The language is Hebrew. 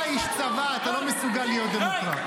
אתה איש צבא, אתה לא מסוגל להיות דמוקרט.